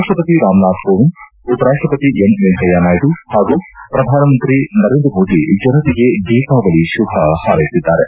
ರಾಷ್ಟಪತಿ ರಾಮನಾಥ್ ಕೋವಿಂದ ಉಪರಾಷ್ಟಪತಿ ಎಂ ವೆಂಕಯ್ಯನಾಯ್ದು ಹಾಗೂ ಪ್ರಧಾನಮಂತ್ರಿ ನರೇಂದ್ರ ಮೋದಿ ಜನತೆಗೆ ದೀಪಾವಳಿ ಶುಭ ಹಾರೈಸಿದ್ದಾರೆ